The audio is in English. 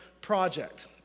project